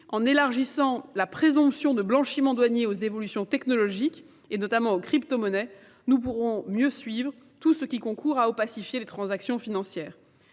en élargissant la présomption de blanchiments douaniers aux évolutions technologiques, et notamment aux crypto-monnaies, nous pourrons mieux suivre tout ce qui concourt à opacifier les transactions financières.